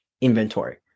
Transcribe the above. inventory